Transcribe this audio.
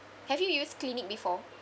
have you used Clinique before